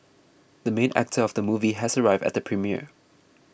the main actor of the movie has arrived at the premiere